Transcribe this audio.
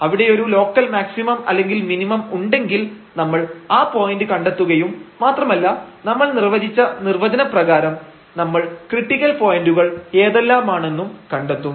അവിടെയൊരു local maximum അല്ലെങ്കിൽ minimum ഉണ്ടെങ്കിൽ നമ്മൾ ആ പോയന്റ് കണ്ടെത്തുകയും മാത്രമല്ല നമ്മൾ നിർവചിച്ച നിർവചനപ്രകാരം നമ്മൾ ക്രിട്ടിക്കൽ പോയന്റുകൾ ഏതെല്ലാമാണെന്നും കണ്ടെത്തും